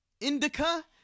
Indica